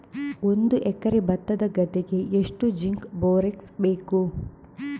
ಒಂದು ಎಕರೆ ಭತ್ತದ ಗದ್ದೆಗೆ ಎಷ್ಟು ಜಿಂಕ್ ಬೋರೆಕ್ಸ್ ಬೇಕು?